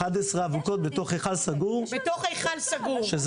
11 אבוקות בתוך היכל סגור.